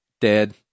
dead